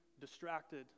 distracted